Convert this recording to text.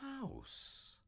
house